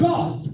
God